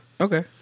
Okay